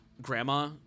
grandma